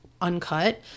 uncut